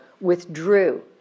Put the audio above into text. withdrew